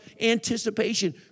anticipation